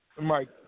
Mike